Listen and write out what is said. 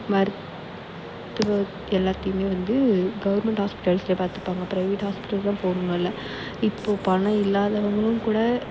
மருத்துவ எல்லாத்தையுமே வந்து கவுர்மெண்ட் ஹாஸ்பிட்டல்ஸில் பார்த்துப்பாங்க ப்ரைவேட் ஹாஸ்பிட்டல்ஸ் தான் போகணுன்னு இல்லை இப்போது பணம் இல்லாதவங்களும் கூட